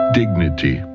dignity